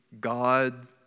God